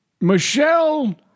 Michelle